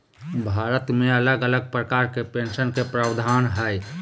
भारत मे अलग अलग प्रकार के पेंशन के प्रावधान हय